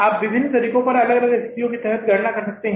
आप विभिन्न तरीकों पर अलग अलग स्थितियों के तहत गणना कर सकते हैं